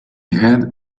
had